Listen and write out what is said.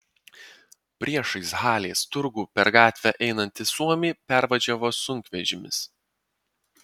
priešais halės turgų per gatvę einantį suomį pervažiavo sunkvežimis